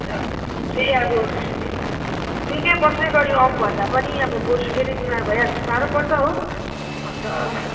र फेरि अब निकै बस्ने गरी आउँ भन्दा पनि अब बोजु फेरि बिमार भइहाल्यो भने साह्रो पर्छ हो अन्त